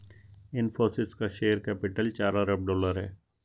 इनफ़ोसिस का share capital चार अरब डॉलर है